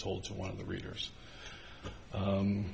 told to one of the readers